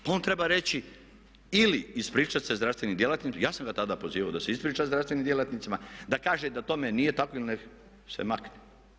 Pa on treba reći ili ispričat se zdravstvenim djelatnicima, jer ja sam ga tada pozivao da se ispriča zdravstvenim djelatnicima, da kaže da tome nije tako ili nek se makne.